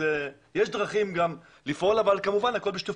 יש דרכים לפעול אבל כמובן הכול בשיתוף